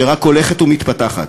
שרק הולכת ומתפתחת.